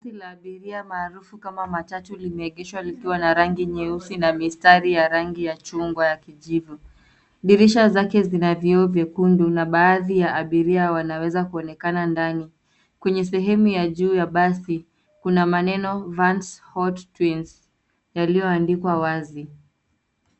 Basi la abiria maarufu kama matatu limeegeshwa likiwa na rangi nyeusi na mistari ya rangi ya chungwa ya kijivu. Dirisha zake zina vioo vyekundu na baadhi ya abiria wanaweza kuonekana ndani. Kwenye sehemu ya juu ya basi kuna maneno 'Vans hot twins' yaliyoandikwa wazi.